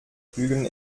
bügeln